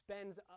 spends